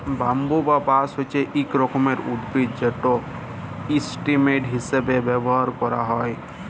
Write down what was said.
bamboo বা বাঁশ হছে ইক রকমের উদ্ভিদ যেট ইসটেম হিঁসাবে ব্যাভার ক্যারা হ্যয়